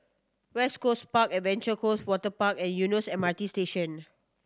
West Coast Park Adventure Cove Waterpark and Eunos M R T Station